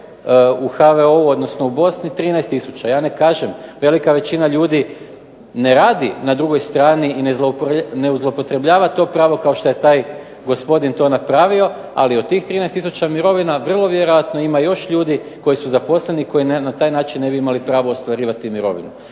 u HVO-u odnosno u Bosni 13 tisuća. Ja ne kažem, velika većina ljudi ne radi na drugoj strani i ne zloupotrebljava to pravo kao što je taj gospodin to napravio, ali od tih 13 tisuća mirovina vrlo vjerojatno ima još ljudi koji su zaposleni, koji na taj način ne bi imali pravo ostvarivati mirovinu.